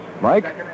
Mike